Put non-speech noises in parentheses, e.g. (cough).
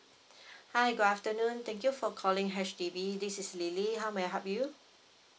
(breath) hi good afternoon thank you for calling H_D_B this is lily how may I help you